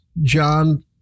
John